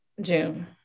June